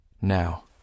now